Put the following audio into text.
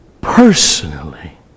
personally